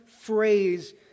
phrase